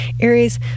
Aries